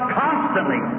constantly